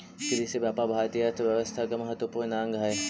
कृषिव्यापार भारतीय अर्थव्यवस्था के महत्त्वपूर्ण अंग हइ